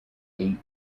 eight